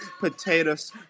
potatoes